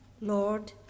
Lord